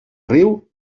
riu